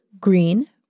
green